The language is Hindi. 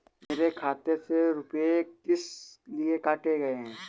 मेरे खाते से रुपय किस लिए काटे गए हैं?